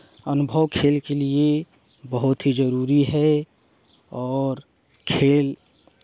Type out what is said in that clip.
अनुभव खेल के लिए बहुत ही जरूरी है और खेल